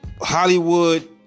Hollywood